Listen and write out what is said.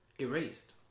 erased